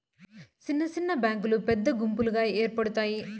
సిన్న సిన్న బ్యాంకులు పెద్ద గుంపుగా ఏర్పడుతాయి